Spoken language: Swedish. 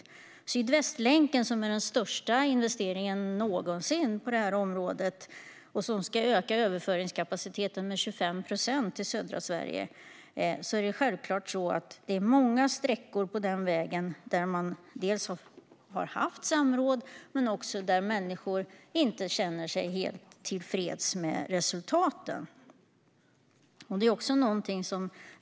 När det gäller Sydvästlänken, som är den största investeringen någonsin på detta område och som ska öka överföringskapaciteten i södra Sverige med 25 procent, är det självklart många sträckor på vägen där man har haft samråd men där människor inte känner sig helt tillfreds med resultaten.